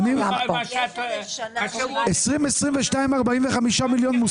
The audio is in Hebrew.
מוסכם שב-2022 זה 45 מיליון?